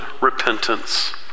repentance